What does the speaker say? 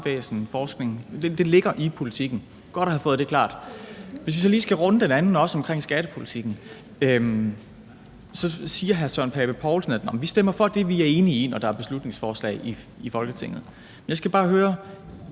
det ligger i politikken; godt at have fået det klart. Hvis vi også lige skal runde det andet omkring skattepolitikken, siger hr. Søren Pape Poulsen, at nå, men vi stemmer for det, vi er enige i, når der er beslutningsforslag i Folketinget, og så skal jeg bare høre